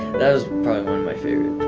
that was probably one of my favorite